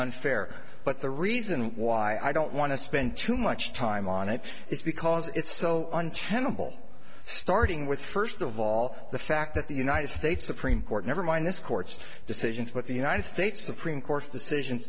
unfair but the reason why i don't want to spend too much time on it is because it's so untenable starting with first of all the fact that the united states supreme court never mind this court's decisions but the united states supreme court's decision